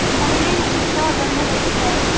दाहाय नायनानै खिन्थाहरबानो जाबाय दे सार